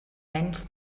menys